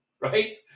Right